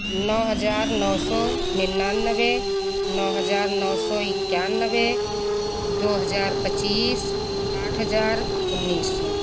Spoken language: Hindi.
नौ हज़ार नौ सौ निन्यानवे नौ हज़ार नौ सौ इक्यानवे दो हज़ार पच्चीस आठ हज़ार उन्नीस सौ